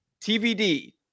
TVD